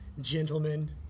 gentlemen